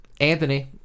Anthony